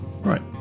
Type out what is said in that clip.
Right